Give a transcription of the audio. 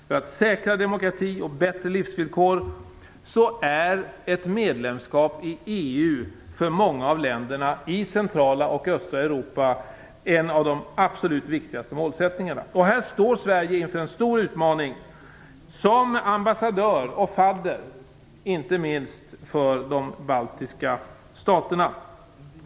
För att säkra demokrati och bättre livsvillkor är ett medlemskap i EU för många av länderna i centrala och östra Europa ett av de absolut viktigaste målen. Här står Sverige inför en stor utmaning som ambassadör och fadder, inte minst för de baltiska staterna.